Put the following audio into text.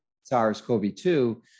SARS-CoV-2